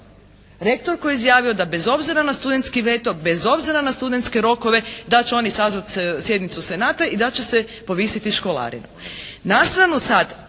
Rektor koji je izjavio da bez obzira na studentski veto, bez obzira na studentske rokove da će oni sazvati sjednicu Senata i da će se povisiti školarina.